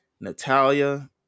Natalia